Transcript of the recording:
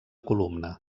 columna